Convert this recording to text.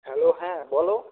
hello হ্যাঁ বলো